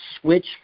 switch